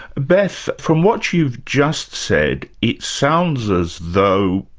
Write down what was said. beth, from what you've just said, it sounds as though